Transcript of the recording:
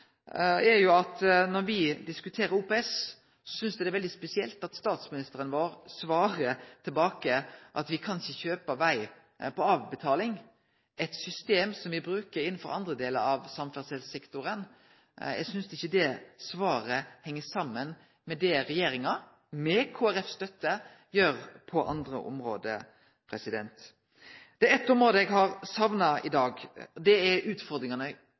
når me diskuterer OPS, er at det er veldig spesielt at statsministeren vår svarer tilbake at me ikkje kan kjøpe veg på avbetaling – eit system som me bruker innanfor andre delar av samferdselssektoren. Eg synest ikkje det svaret heng saman med det som regjeringa – med støtte frå Kristeleg Folkeparti – gjer på andre område. Det er eit område eg har sakna i dag, og det er utfordringane